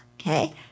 okay